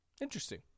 Interesting